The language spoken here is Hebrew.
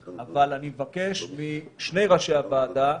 אבל, אני מבקש משני ראשי הוועדה